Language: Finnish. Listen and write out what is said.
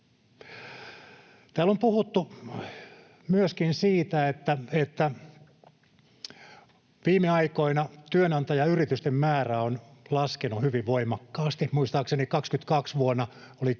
Täällä on puhuttu myöskin siitä, että viime aikoina työnantajayritysten määrä on laskenut hyvin voimakkaasti, muistaakseni vuonna 22